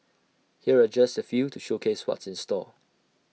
here are just A few to showcase what's in store